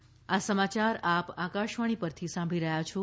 corona appeal આ સમાચાર આપ આકાશવાણી પરથી સાંભળી રહ્યા છો